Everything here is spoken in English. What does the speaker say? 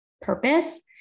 purpose